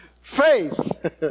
faith